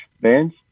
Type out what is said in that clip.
bands